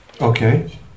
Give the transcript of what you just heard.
Okay